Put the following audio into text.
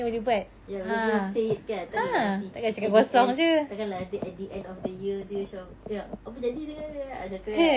ya because when we say it kan tak ada lah nanti at the end takkan lah nanti at the end of the year nanti macam eh apa jadi dengan macam tu kan so macam